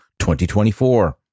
2024